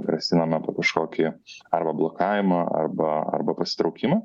grasinama kažkokį arba blokavimą arba arba pasitraukimą